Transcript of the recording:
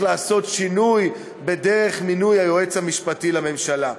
לעשות שינוי בדרך מינוי היועץ המשפטי לממשלה.